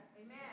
Amen